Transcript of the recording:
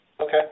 Okay